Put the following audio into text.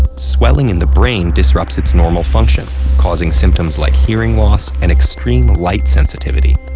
swelling in the brain disrupts its normal function causing symptoms like hearing loss and extreme light sensitivity.